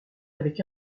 avec